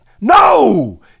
No